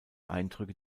eindrücke